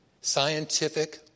scientific